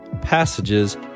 passages